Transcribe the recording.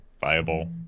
viable